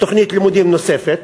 תוכנית לימודים נוספת,